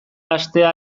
hastea